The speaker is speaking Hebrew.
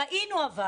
אבל ראינו,